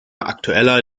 aktueller